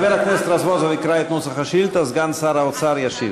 חבר הכנסת רזבוזוב יקרא את נוסח השאילתה וסגן השר ישיב.